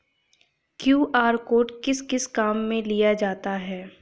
QR code किस किस काम में लिया जाता है?